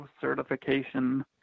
certification